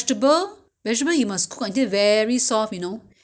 要切到很小 ah 很细 ah 很细 oh